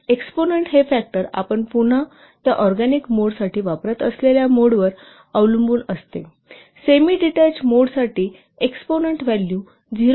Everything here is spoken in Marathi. एक्सपोनंन्ट हे फॅक्टर आपण पुन्हा त्या ऑरगॅनिक मोड साठी वापरत असलेल्या मोडवर अवलंबून असते सेमीडीटेच मोडसाठी एक्सपोनेंट व्हॅल्यू 0